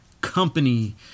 company